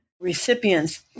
recipients